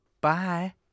bye